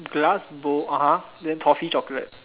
glass bowl (uh huh) then toffee chocolate